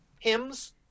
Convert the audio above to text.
Hymns